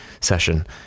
Session